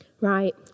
Right